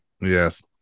yes